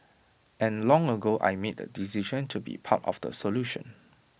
and long ago I made the decision to be part of the solution